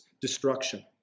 destruction